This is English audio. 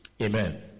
Amen